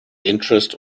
interest